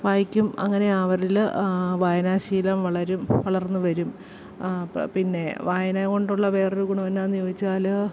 വായിക്കും അങ്ങനെ അവരിൽ വായനാ ശീലം വളരും വളർന്നു വരും പ പിന്നെ വായന കൊണ്ടുള്ള വേറൊരു ഗുണം എന്നാ എന്നു ചോദിച്ചാൽ